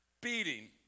beating